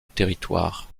territoire